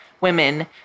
women